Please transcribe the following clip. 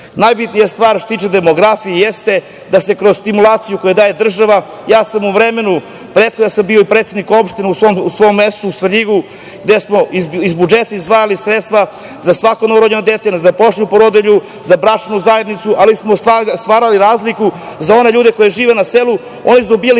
žive. Najbitnija stvar što se tiče demografije jeste da se kroz stimulaciju koju daje država, ja sam bio i predsednik opštine u svom mestu, u Svrljigu, gde smo iz budžeta izdvajali sredstva za svako novorođeno dete, nezaposlenu porodilju, za bračnu zajednicu, ali smo stvarali razliku za one ljude koji žive na selu, oni su dobijali